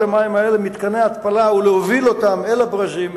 המים האלה ממתקני ההתפלה ולהוביל אותם אל הברזים,